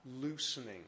loosening